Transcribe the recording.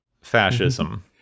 fascism